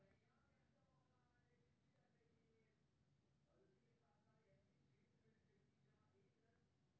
आवेदक कें केंद्र अथवा राज्य सं कोनो आवासीय योजनाक लाभ नहि भेटल हेबाक चाही